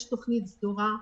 יש תוכנית סדורה,